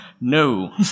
no